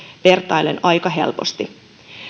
vertaillen aika helposti